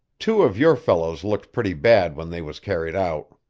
two of your fellows looked pretty bad when they was carried out.